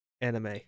anime